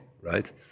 right